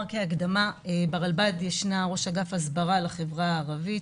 כהקדמה שברלב"ד יש ראש אגף הסברה לחברה הערבית,